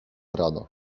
rano